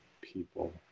people